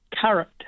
carrot